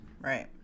right